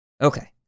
Okay